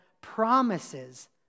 promises